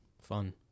fun